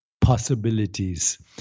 possibilities